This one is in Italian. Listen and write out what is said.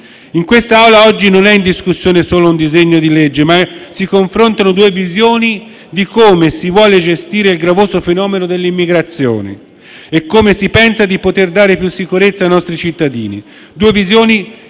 In quest'Aula oggi non è in discussione solo un decreto-legge, ma si confrontano due visioni di come si vuole gestire il gravoso fenomeno dell'immigrazione e come si pensa di poter dare più sicurezza ai nostri cittadini, due visioni